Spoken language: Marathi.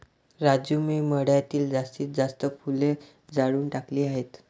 राजू मी मळ्यातील जास्तीत जास्त फुले जाळून टाकली आहेत